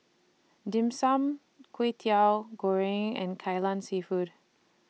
Dim Sum Kwetiau Goreng and Kai Lan Seafood